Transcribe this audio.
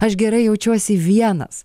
aš gerai jaučiuosi vienas